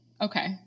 Okay